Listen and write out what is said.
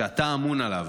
שאתה אמון עליו,